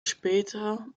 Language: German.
später